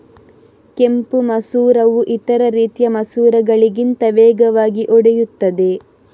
ಕೆಂಪು ಮಸೂರವು ಇತರ ರೀತಿಯ ಮಸೂರಗಳಿಗಿಂತ ವೇಗವಾಗಿ ಒಡೆಯುತ್ತದೆ